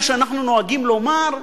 מה שאנחנו נוהגים לומר,